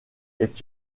est